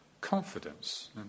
confidence